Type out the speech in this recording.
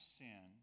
sin